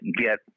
get